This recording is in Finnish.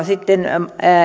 sitten